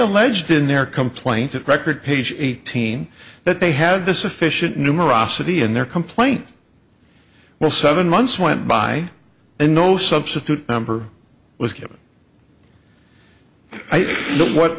alleged in their complaint record page eighteen that they had to sufficient numerosity in their complaint well seven months went by and no substitute number was given what